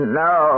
no